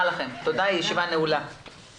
לכן ההתייחסות במקרה הזה צריכה להיות מיוחדת.